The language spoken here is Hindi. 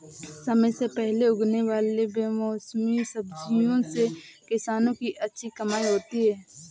समय से पहले उगने वाले बेमौसमी सब्जियों से किसानों की अच्छी कमाई होती है